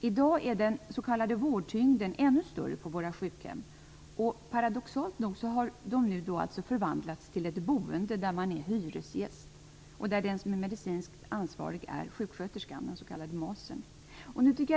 I dag är den s.k. vårdtyngden på våra sjukhem ännu större. Paradoxalt nog har sjukhemmen nu förvandlats till ett boende där man är hyresgäst och där den som är medicinskt ansvarig är en sjuksköterska, en s.k. MAS.